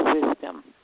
wisdom